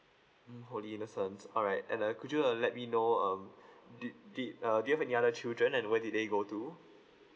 mm holy innocents all right and uh could you uh let me know um did did uh did you have any other children and where did they go to